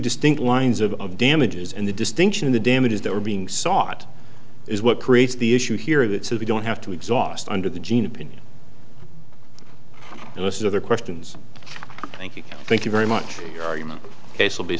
distinct lines of of damages and the distinction of the damages that are being sought is what creates the issue here that says we don't have to exhaust under the gene opinion and most of the questions thank you thank you very much our human case will be